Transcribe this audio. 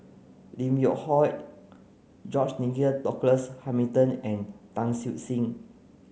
Lim Yew Hock George Nigel Douglas Hamilton and Tan Siew Sin